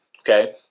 okay